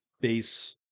base